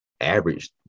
average